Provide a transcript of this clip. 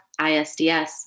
ISDS